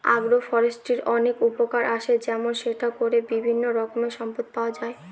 আগ্র ফরেষ্ট্রীর অনেক উপকার আসে যেমন সেটা করে বিভিন্ন রকমের সম্পদ পাওয়া যায়